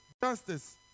justice